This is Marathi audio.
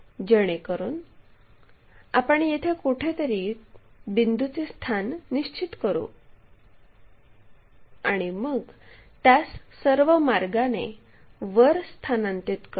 जेणेकरून आपण येथे कुठेतरी बिंदूचे स्थान निश्चित करू आणि मग त्यास सर्व मार्गाने वर स्थानांतरित करु